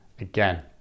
again